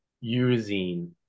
using